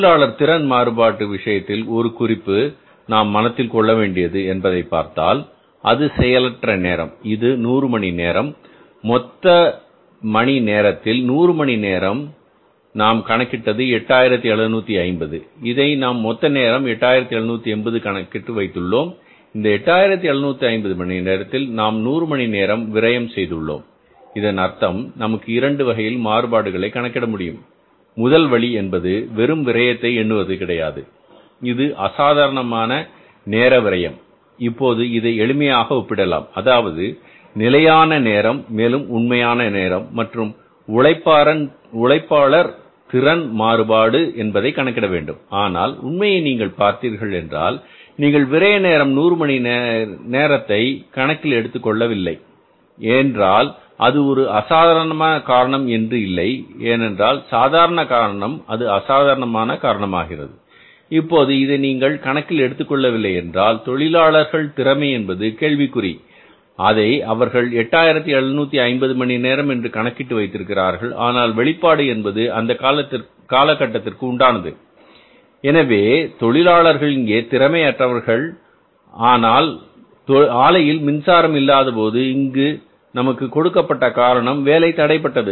தொழிலாளர் திறன் மாறுபட்டு விஷயத்தில் ஒரு குறிப்பு நாம் மனத்தில் கொள்ளவேண்டியது என்பதை பார்த்தால் அது செயலற்ற நேரம் இது 100 மணி நேரம் மொத்த மணி நேரத்தில் 100 மணி நேரம் மொத்த மணி நேரம் நாம் கணக்கிட்டது 8750 இதை நாம் மொத்த மணி நேரம் 8750 என்று கணக்கிட்டு வைத்துள்ளோம் இந்த 8750 மணி நேரத்தில் நாம் 100 மணி நேரம் விரையம் செய்துள்ளோம் இதன் அர்த்தம் நமக்கு இரண்டு வகையில் மாறுபாடுகளை கணக்கிட முடியும் முதல்வழி என்பது வெறும் விரயத்தை எண்ணுவது கிடையாது இது அசாதாரணமான நேர விரையம் இப்போது இதை எளிமையாக ஒப்பிடலாம் அதாவது நிலையான நேரம் மேலும் உண்மையான நேரம் மற்றும் உழைப்பாளர் திறன் மாறுபாடு என்பதை கணக்கிட வேண்டும் ஆனால் உண்மையை நீங்கள் பார்த்தீர்கள் என்றால் நீங்கள் விரைய நேரம் 100 மணி நேரத்தை கணக்கில் எடுத்துக்கொள்ள இல்லை என்றால் அது ஒரு அசாதாரணமான காரணம் என்று இல்லை ஏனென்றால் சாதாரணமான காரணம் அது அசாதாரணமான காரணம் இப்போது இதை நீங்கள் கணக்கில் எடுத்துக் கொள்ளவில்லை என்றால் தொழிலாளர்களின் திறமை என்பது கேள்விக்குறி அதை அவர்கள் 8750 மணிநேரம் என்று கணக்கிட்டு வைத்திருக்கிறார்கள் ஆனால் வெளிப்பாடு என்பது அந்த காலகட்டத்திற்கு உண்டானது எனவே தொழிலாளர்கள் இங்கே திறமை அற்றவர்கள் ஆனால் ஆலையில் மின்சாரம் இல்லாதபோது இங்கே நமக்கு கொடுக்கப்பட்ட காரணம் வேலை தடைபட்டது